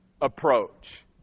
approach